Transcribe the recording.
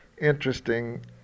interesting